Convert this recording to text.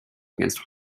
against